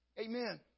Amen